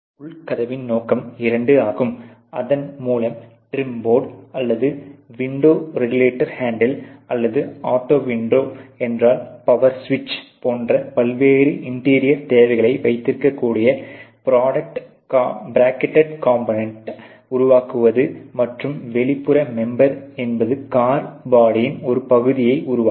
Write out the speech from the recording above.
உள் கதவின் நோக்கம் இரண்டு ஆகும் அதன் மூலம் டிரிம் போர்டு அல்லது விண்டோ ரெகுலேட்டர் ஹேண்டில் அல்லது ஆட்டோ விண்டோ என்றால் பவர் ஸ்விட்ச் போன்ற பல்வேறு இன்டீரியர் தேவைகளை வைத்திருக்கக்கூடிய ப்ராக்கெட்டெட் காம்போனென்ட்டை உருவாக்குவது மற்றும் வெளிப்புற மெம்பெர் என்பது கார் பாடியின் ஒரு பகுதியை உருவாக்கும்